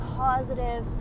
positive